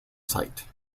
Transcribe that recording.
site